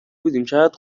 بودیم، چقد